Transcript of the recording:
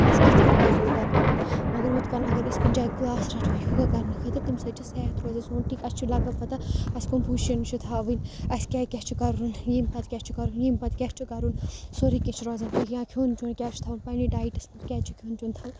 اَسہِ کِتھ کٔنۍ پَزِ یوگا کَرُن مگر ہُتھ کٔںۍ اگر أسۍ کُنہِ جایہِ کٕلاس رَٹو یوگا کَرنہٕ خٲطرٕ تیٚمہِ سۭتۍ چھِ صحت روزان سون ٹھیٖک اَسہِ چھُ لَگان پَتہ اَسہِ کٕم پُزِشَن چھِ تھاوٕنۍ اَسہِ کیٛاہ کیٛاہ چھِ کَرُن ییٚمۍ پَتہٕ ییٚمۍ پَتہٕ کیٛاہ چھِ کَرُن سورُے کیںٛہہ چھِ روزان یا کھیٚون چیٚون کیٛاہ چھِ تھَوُن پنٛنہِ ڈایٹَس منٛز کیٛاہ چھِ کھیٚون چیٚون